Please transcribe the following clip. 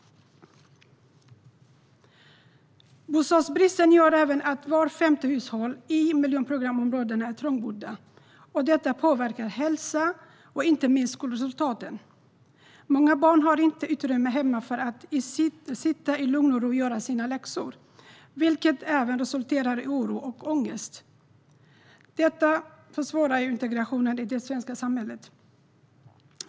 Bostadsbristen gör att vart femte hushåll i miljonprogramsområdena är trångbott, och detta påverkar hälsan och inte minst skolresultaten. Många barn har inte utrymme hemma för att sitta i lugn och ro och göra sina läxor, vilket även resulterar i oro och ångest. Det försvårar integrationen i det svenska samhället.